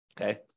Okay